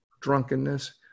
drunkenness